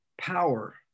power